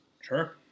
Sure